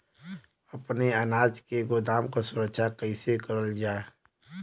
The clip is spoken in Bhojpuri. अपने अनाज के गोदाम क सुरक्षा कइसे करल जा?